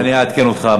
אני אעדכן אותך.